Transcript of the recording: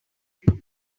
bill